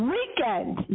Weekend